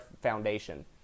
Foundation